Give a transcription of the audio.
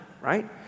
right